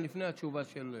לפני התשובה.